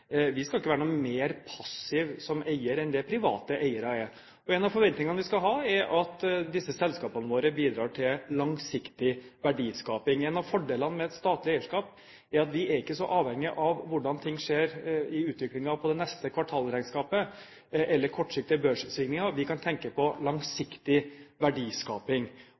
Vi skal ikke være noe mer passiv som eier enn det private eiere er. En av forventningene vi skal ha, er at disse selskapene våre bidrar til langsiktig verdiskaping. En av fordelene med et statlig eierskap er at vi ikke er så avhengig av utviklingen i det neste kvartalregnskapet, eller kortsiktige børssvingninger. Vi kan tenke på langsiktig verdiskaping.